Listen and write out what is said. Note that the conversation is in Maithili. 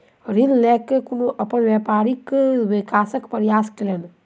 ऋण लय के ओ अपन व्यापारक विकासक प्रयास कयलैन